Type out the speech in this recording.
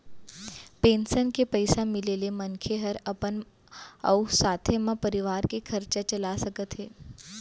pension के पइसा मिले ले मनखे हर अपन अउ साथे म परवार के खरचा चला सकत हे